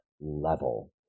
level